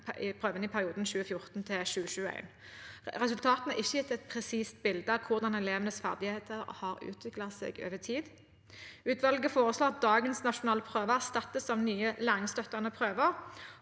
i perioden 2014–2021. Resultatene har ikke gitt et presist bilde av hvordan elevenes ferdigheter har utviklet seg over tid. Utvalget foreslår at dagens nasjonale prøver erstattes av nye, læringsstøttende prøver.